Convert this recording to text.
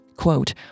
Quote